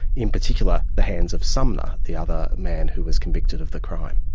in particular the hands of sumner, the other man who was convicted of the crime.